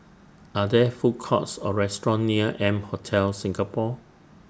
Are There Food Courts Or restaurants near M Hotel Singapore